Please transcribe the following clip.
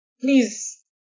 please